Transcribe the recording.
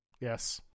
yes